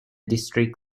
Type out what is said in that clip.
district